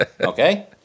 Okay